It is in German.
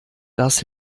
das